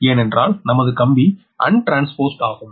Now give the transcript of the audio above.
ஏனென்றால் நமது கம்பி அன் ட்ரான்ஸ்போஸ்ட் ஆகும்